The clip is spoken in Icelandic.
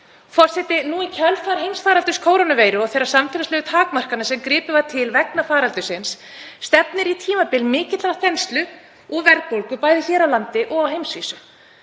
Forseti. Nú í kjölfar heimsfaraldurs kórónuveiru og þeirra samfélagslegu takmarkana sem gripið var til vegna faraldursins stefnir í tímabil mikillar þenslu og verðbólgu, bæði hér á landi og á heimsvísu.